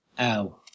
Ow